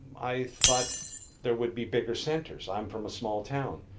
i thought there would be bigger centers, i am from a small town.